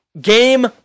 Game